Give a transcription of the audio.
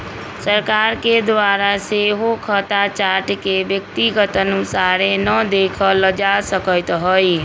सरकार के द्वारा सेहो खता चार्ट के व्यक्तिगत अनुसारे न देखल जा सकैत हइ